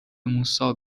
موسی